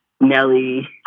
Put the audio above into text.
Nelly